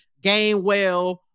Gainwell